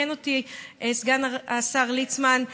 תקן אותי סגן השר ליצמן,